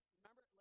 remember